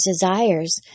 desires